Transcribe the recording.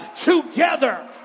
together